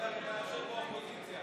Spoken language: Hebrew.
שהוא המושחת הכי גדול.